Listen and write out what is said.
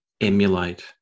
emulate